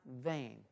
vain